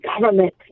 government